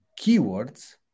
keywords